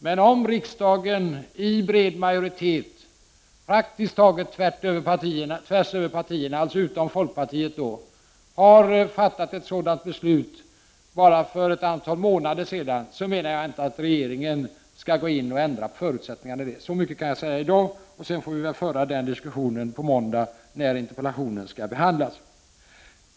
Men om riksdagen i bred majoritet, praktiskt tagit tvärs över partigränserna — med undantag för folkpartiet — har fattat ett sådant beslut bara för ett antal månader sedan skall regeringen enligt min mening inte gå in och ändra på förutsättningarna vad gäller denna fråga. Så mycket kan jag säga i dag, och sedan får vi föra denna diskussion vidare på måndag i samband med att interpellationen skall behandlas.